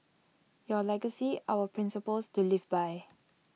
your legacy our principles to live by